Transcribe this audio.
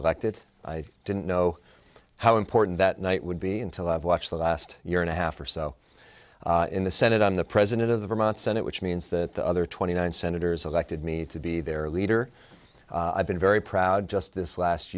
elected i didn't know how important that night would be until i have watched the last year and a half or so in the senate on the president of the vermont senate which means that the other twenty nine senators elected me to be their leader i've been very proud just this last